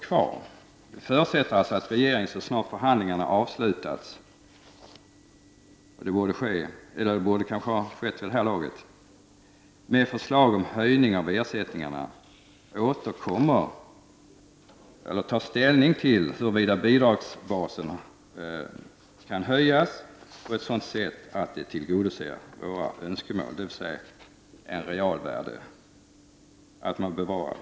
Detta förutsätter att regeringen så snart förhandlingarna om höjning av ersättningarna har avslutats — vilket borde ha skett vid det här laget — tar ställning till huruvida bidragsbaserna kan höjas på ett sådant sätt att det tillgodoser våra önskemål, dvs. att realvärdet bevaras.